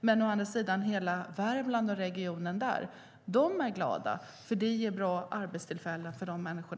Men å andra sidan gläds man i hela Värmland över att detta ger bra arbetstillfällen för människor.